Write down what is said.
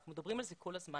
אנחנו מדברים על זה כל הזמן.